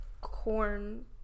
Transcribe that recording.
corn